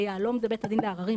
ביהלו"ם זה בית הדין לעררים,